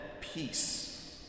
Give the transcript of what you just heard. Peace